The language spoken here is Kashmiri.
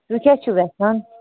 تُہۍ کیٛاہ چھُو ٮ۪ژھان